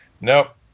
Nope